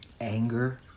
Anger